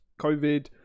COVID